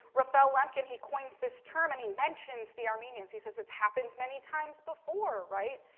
raphael lemkin, he coined this term and he mentions the armenians. he says it's happened many times before right,